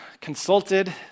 consulted